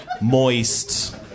moist